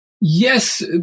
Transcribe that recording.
Yes